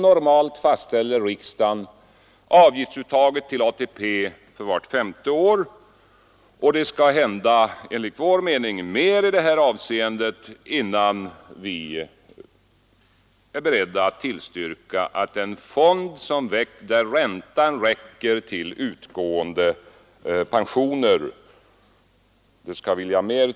Normalt fastställer riksdagen avgiftsuttaget till ATP vart femte år, och enligt vår mening skall det mer till än det här förslaget innan vi är beredda att tillstyrka en höjning av avgiften i ett system där räntan räcker till utgående pensioner.